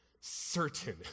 Certain